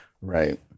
Right